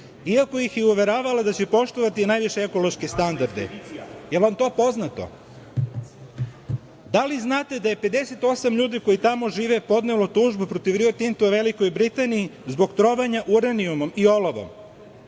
iako ih je uveravala da će poštovati najviše ekološke standarde. Da li vam je to poznato? Da li znate da je 58 ljudi koji tamo žive podnelo tužbu protiv Rio Tinta Velikoj Britaniji zbog trovanja uranijumom i olovom?